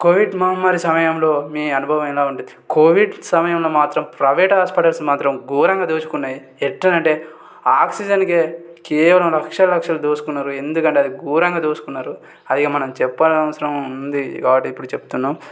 Covid మహమ్మారి సమయంలో మీ అనుభవం ఎలా ఉండవచ్చు కోవిడ్ సమయంలో మాత్రం ప్రైవేట్ హాస్పటల్స్ మాత్రం ఘోరంగా దోచుకున్నై ఎలానంటే ఆక్సిజన్కి కేవలం లక్షలు లక్షలు దోచుకున్నారు ఎందుకంటే అవి ఘోరంగా దోచుకున్నారు అవి మనం చెప్పనవసరం ఉంది కాబట్టి ఇప్పుడు చెబుతున్నాము